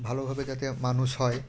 ভালোভাবে যাতে মানুষ হয়